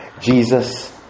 Jesus